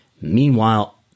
Meanwhile